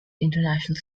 international